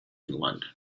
london